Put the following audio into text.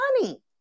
money